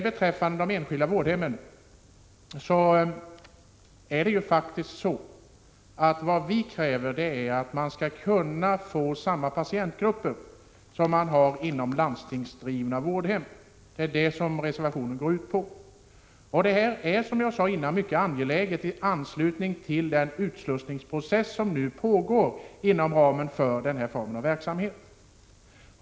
Beträffande de enskilda vårdhemmen kräver vi faktiskt att man skall kunna få samma patientgrupper som man har inom landstingsdrivna vårdhem. Vår reservation går ut på det. Det här är, som jag sade tidigare, mycket angeläget med tanke på den utslussningsprocess som nu pågår inom ramen för denna form av verksamhet.